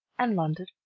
and london,